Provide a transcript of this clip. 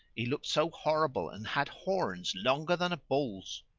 he looked so horrible, and had horns longer than a bull's!